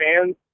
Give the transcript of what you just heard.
fans